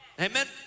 Amen